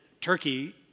Turkey